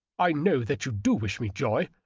i know that you do wish me joy.